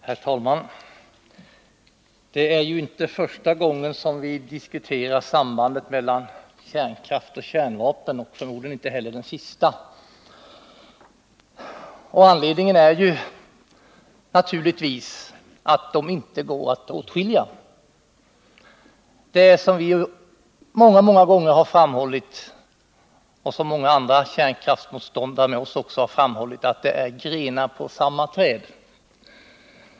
Herr talman! Det är ju inte första gången vi diskuterar sambandet mellan kärnkraft och kärnvapen och förmodligen inte heller sista. Anledningen är naturligtvis att det inte går att skilja åt. Det är — som vi och många andra kärnkraftsmotståndare många gånger har framhållit — grenar på samma träd.